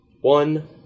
one